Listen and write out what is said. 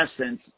essence